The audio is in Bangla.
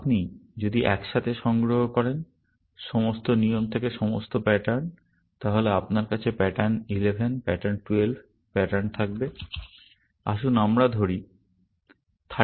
আপনি যদি একসাথে সংগ্রহ করেন সমস্ত নিয়ম থেকে সমস্ত প্যাটার্ন তাহলে আপনার কাছে প্যাটার্ন 11 প্যাটার্ন 12 প্যাটার্ন থাকবে আসুন আমরা ধরি 31 প্যাটার্ন 32 থাকবে